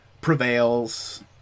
prevails